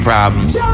problems